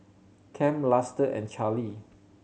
Kem Luster and Charly